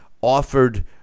offered